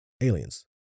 aliens